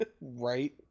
Right